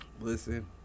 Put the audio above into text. listen